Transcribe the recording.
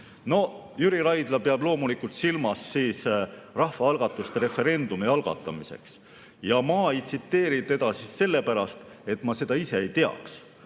No Jüri Raidla peab loomulikult silmas rahvaalgatust referendumi algatamiseks. Ma ei tsiteerinud teda sellepärast, et ma seda ise ei teaks,